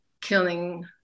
killing